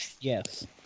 Yes